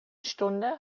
stunde